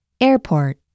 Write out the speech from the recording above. Airport